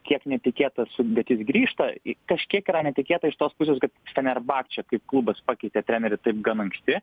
kiek netikėta su bet jis grįžta i kažkiek yra netikėta iš tos pusės kad fenerbachče kaip klubas pakeitė trenerį taip gan anksti